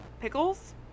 pickles